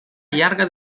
llarga